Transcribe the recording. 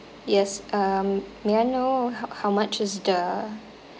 yes um may I know h~ how much is the